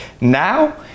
Now